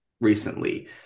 recently